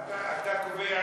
אתה קובע,